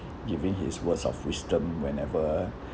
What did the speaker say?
giving his words of wisdom whenever